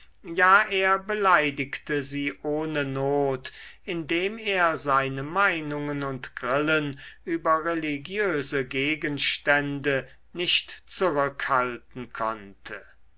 ja er beleidigte sie ohne not indem er seine meinungen und grillen über religiöse gegenstände nicht zurückhalten konnte